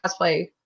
cosplay